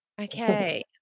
Okay